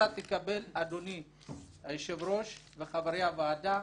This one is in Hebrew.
שתקבל, אדוני היושב-ראש וחברי הוועדה,